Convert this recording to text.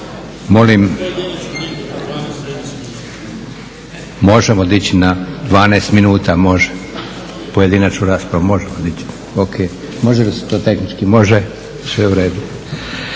… Možemo dići na 12 minuta, pojedinačnu raspravu. Možemo dići? Ok. Može li se to tehnički? Može, sve uredu.